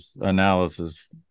analysis